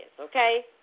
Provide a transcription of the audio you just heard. Okay